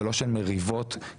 אבל לא של מריבות קשות,